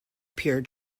pure